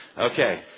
Okay